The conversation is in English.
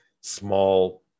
small